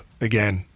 again